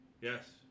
Yes